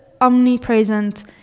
omnipresent